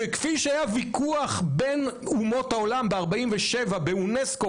וכפי שהיה ויכוח בין אומות העולם ב-47' באונסקו,